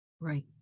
Right